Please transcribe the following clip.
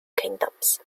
kingdoms